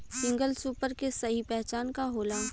Single super के सही पहचान का होला?